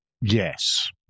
Yes